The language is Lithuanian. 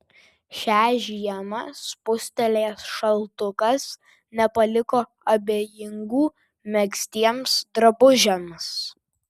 šią žiemą spustelėjęs šaltukas nepaliko abejingų megztiems drabužiams